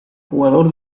jugador